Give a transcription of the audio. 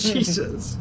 Jesus